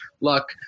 luck